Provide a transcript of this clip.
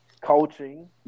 coaching